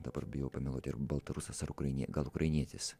dabar bijau pameluoti ar baltarusas ar ukrainie gal ukrainietis